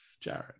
jared